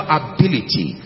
ability